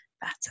better